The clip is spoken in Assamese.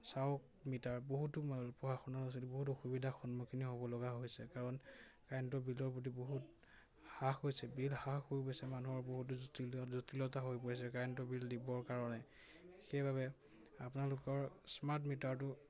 চাওক মিটাৰ বহুতো পঢ়া বহুত অসুবিধাৰ সন্মুখীন হ'ব লগা হৈছে কাৰণ কাৰেণ্টৰ বিলৰ প্ৰতি বহুত হ্ৰাস হৈছে বিল হ্ৰাস হৈ গৈছে মানুহৰ বহুতো জটিলতা হৈ পৰিছে কাৰেণ্টৰ বিল দিবৰ কাৰণে সেইবাবে আপোনালোকৰ স্মাৰ্ট মিটাৰটো